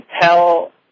tell